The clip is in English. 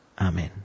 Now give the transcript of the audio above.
Amen